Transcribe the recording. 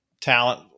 talent